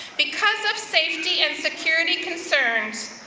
because of safety and security concerns,